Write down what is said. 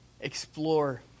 explore